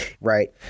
right